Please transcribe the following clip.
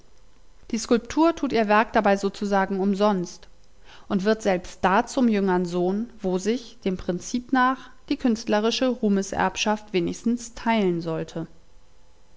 die skulptur tut ihr werk dabei sozusagen umsonst und wird selbst da zum jüngern sohn wo sich dem prinzip nach die künstlerische ruhmeserbschaft wenigstens teilen sollte